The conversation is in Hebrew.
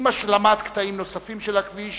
עם השלמת קטעים נוספים של הכביש